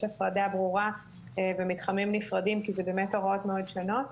הפרדה ברורה במתחמים נפרדים כי זה באמת הוראות מאוד שונות.